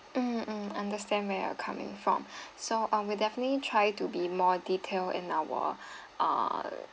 mm mm understand where you're coming from so we'll definitely try to be more detail in our uh